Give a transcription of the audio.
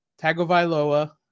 Tagovailoa